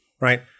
right